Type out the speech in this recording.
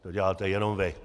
To děláte jenom vy!